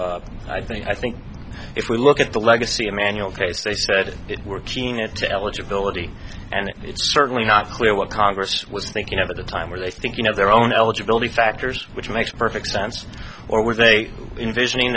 so i think i think if we look at the legacy emanuel case they said it working at the eligibility and it's certainly not clear what congress was thinking of at the time where they think you know their own eligibility factors which makes perfect sense or where they envision